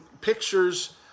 pictures